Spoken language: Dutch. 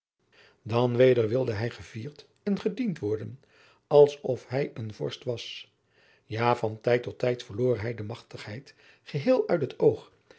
dan weder wilde hij gevierd en gediend worden als of hij een vorst was ja van tijd tot tijd verloor hij de matigheid geheel uit het oog